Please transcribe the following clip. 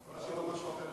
רשום לי מישהו אחר.